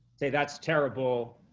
say that's terrible,